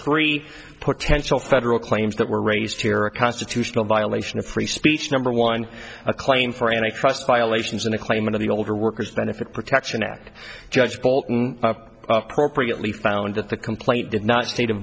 three potential federal claims that were raised here a constitutional violation of free speech number one a claim for and i trust violations in a claim of the older workers benefit protection act judge bolton appropriately found that the complaint did not state